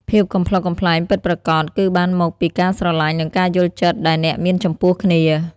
ភាពកំប្លុកកំប្លែងពិតប្រាកដគឺបានមកពីការស្រលាញ់និងការយល់ចិត្តដែលអ្នកមានចំពោះគ្នា។